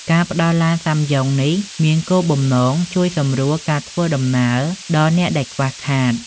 ការផ្តល់ឡានសាំយ៉ុងនេះមានគោលបំណងជួយសម្រួលការធ្វើដំណើរដល់អ្នកដែលខ្វះខាត។